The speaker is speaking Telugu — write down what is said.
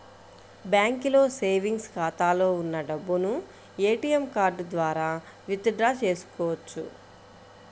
బ్యాంకులో సేవెంగ్స్ ఖాతాలో ఉన్న డబ్బును ఏటీఎం కార్డు ద్వారా విత్ డ్రా చేసుకోవచ్చు